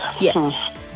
Yes